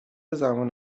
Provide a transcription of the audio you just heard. زمان